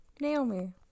Naomi